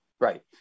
Right